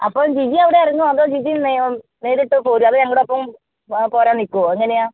അപ്പം ജിജി അവിടെ ഇറങ്ങുമോ അതോ ജിജി നേ നേരിട്ട് പോരുമോ അതോ ഞങ്ങളുടെ ഒപ്പം പോരാൻ നിൽക്കുമോ എങ്ങനെയാണ്